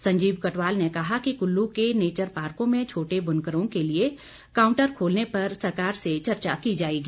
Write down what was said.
संजीव कटवाल ने कहा कि कुल्लू के नेचर पार्कों में छोटे बुनकरों के लिए काउंटर खोलने पर सरकार से चर्चा की जाएगी